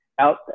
out